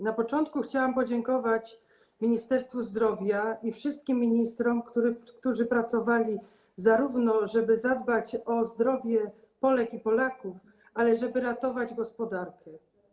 Na początku chciałam podziękować Ministerstwu Zdrowia i wszystkim ministrom, którzy pracowali, żeby zadbać o zdrowie Polek i Polaków i ratować gospodarkę.